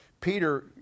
Peter